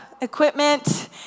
equipment